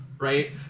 right